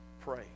pray